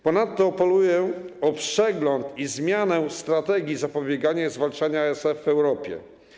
Ponadto apeluję o przegląd i zmianę strategii zapobiegania i zwalczania ASF w Europie.